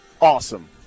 awesome